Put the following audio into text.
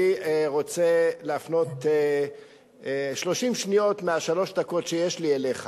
אני רוצה להפנות 30 שניות משלוש הדקות שיש לי אליך.